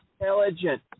intelligent